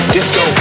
Disco